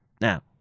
Now